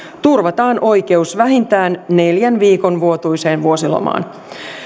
turvataan oikeus vähintään neljän viikon vuotuiseen vuosilomaan